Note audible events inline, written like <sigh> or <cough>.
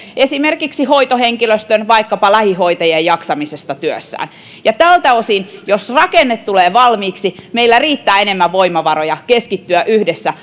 esimerkiksi hoitohenkilöstön vaikkapa lähihoitajien jaksamisesta työssään ja tältä osin jos rakenne tulee valmiiksi meillä riittää enemmän voimavaroja keskittyä yhdessä <unintelligible>